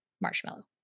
Marshmallow